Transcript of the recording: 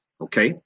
Okay